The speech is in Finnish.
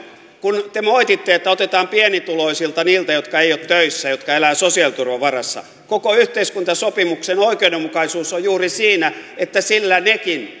kun te moititte että otetaan pienituloisilta niiltä jotka eivät ole töissä jotka elävät sosiaaliturvan varassa niin koko yhteiskuntasopimuksen oikeudenmukaisuus on juuri siinä että sillä nekin